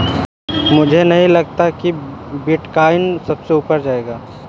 मुझे नहीं लगता अब बिटकॉइन इससे ऊपर जायेगा